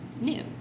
new